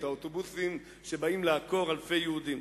את האוטובוסים שבאים לעקור אלפי יהודים,